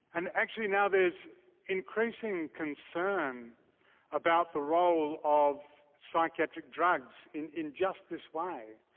and actually now there's increasing concern about the role of psychiatric drugs in in just this way.